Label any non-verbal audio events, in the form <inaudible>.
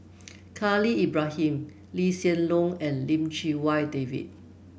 <noise> Khalil Ibrahim Lee Hsien Loong and Lim Chee Wai David